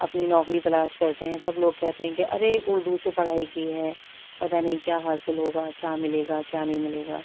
اپنی نوکری تلاش کرتے ہیں تب لوگ کہتے ہیں کہ ارے اردو سے پڑھائی کی ہے پتہ نہیں کیا حاصل ہوگا کیا ملے گا کیا نہیں ملے گا